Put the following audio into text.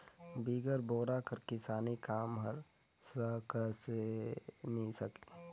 बिगर बोरा कर किसानी काम हर खसके नी सके